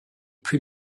plus